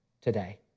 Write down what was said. today